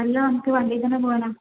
അല്ലാ നമുക്ക് ഈ വണ്ടിയിൽ തന്നെ പോകാനാണ്